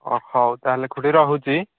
ଅ ହଉ ତା'ହେଲେ ଖୁଡ଼ି ରହୁଛି